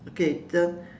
okay tell